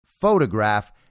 photograph